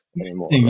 anymore